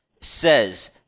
says